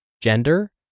gender